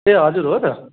ए हजुर हो त